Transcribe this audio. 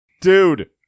Dude